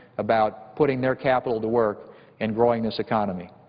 about putting their capital to work and growing this economy.